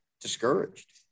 discouraged